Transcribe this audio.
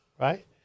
right